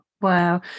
wow